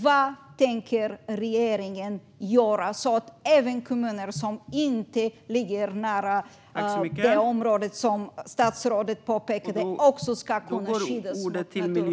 Vad tänker regeringen göra, så att även kommuner som inte ligger nära det område som statsrådet nämnde ska kunna skyddas mot naturkatastrofer?